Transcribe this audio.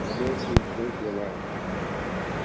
हमें एक इन्सुरेंस लेना है हाँ